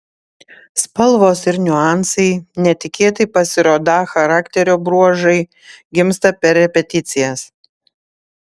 spalvos ir niuansai netikėtai pasirodą charakterio bruožai gimsta per repeticijas